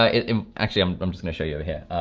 ah um actually, i'm but i'm just gonna show you here.